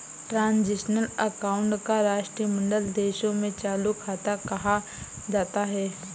transitional account को राष्ट्रमंडल देशों में चालू खाता कहा जाता है